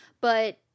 But-